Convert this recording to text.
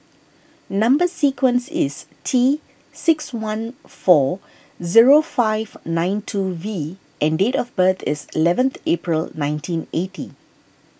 Number Sequence is T six one four zero five nine two V and date of birth is eleven April nineteen eighty